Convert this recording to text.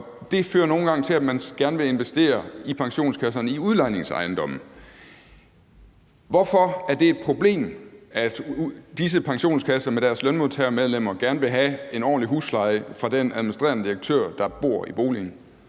Det fører nogle gange til, at man i pensionskasserne gerne vil investere i udlejningsejendomme. Hvorfor er det et problem, at disse pensionskasser med deres lønmodtagermedlemmer gerne vil have en ordentlig husleje fra den administrerende direktør, der bor i boligen?